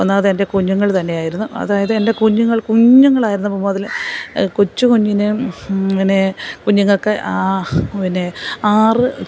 ഒന്നാമത് എൻ്റെ കുഞ്ഞുങ്ങൾ തന്നെ ആയിരുന്നു അതായത് എൻ്റെ കുഞ്ഞുങ്ങൾക്കും കുഞ്ഞുങ്ങളായിരുന്നപ്പോൾ മുതൽ കൊച്ച് കുഞ്ഞിനേയും പിന്നെ കുഞ്ഞുങ്ങൾക്ക് പിന്നെ ആറ്